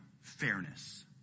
fairness